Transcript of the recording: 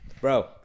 bro